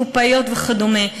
קופאיות וכדומה.